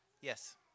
Yes